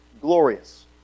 Glorious